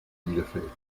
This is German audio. bielefeld